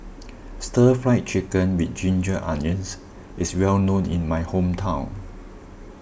Stir Fried Chicken with Ginger Onions is well known in my hometown